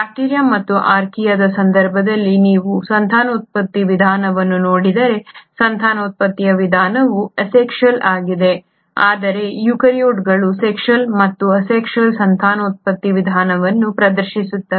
bacteria ಮತ್ತು ಆರ್ಕಿಯಾದ ಸಂದರ್ಭದಲ್ಲಿ ನೀವು ಸಂತಾನೋತ್ಪತ್ತಿ ವಿಧಾನವನ್ನು ನೋಡಿದರೆ ಸಂತಾನೋತ್ಪತ್ತಿಯ ವಿಧಾನವು ಅಸೆಕ್ಷುಯಲ್ ಆಗಿದೆ ಆದರೆ ಯೂಕ್ಯಾರಿಯೋಟ್ಗಳು ಸೆಕ್ಷುಯಲ್ ಮತ್ತು ಅಸೆಕ್ಷುಯಲ್ ಸಂತಾನೋತ್ಪತ್ತಿ ವಿಧಾನವನ್ನು ಪ್ರದರ್ಶಿಸುತ್ತವೆ